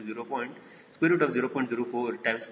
ಆರಂಭದ ಅಂದಾಜು ಮೌಲ್ಯ 0